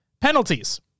Penalties